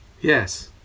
Yes